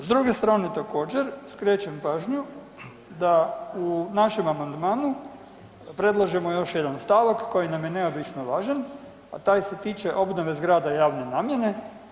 S druge strane, također, skrećem pažnju da u našem amandmanu predlažemo još jedan stavak koji nam je neobično važan, a taj se tiče obnove zgrada javne nabave.